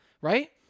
right